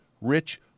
rich